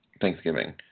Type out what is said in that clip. Thanksgiving